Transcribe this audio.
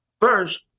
first